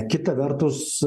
kita vertus